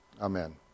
amen